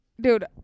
Dude